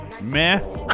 Meh